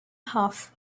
half